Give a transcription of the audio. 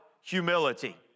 humility